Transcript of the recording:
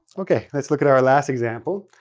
okay, let's look at our last example.